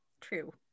True